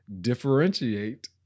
Differentiate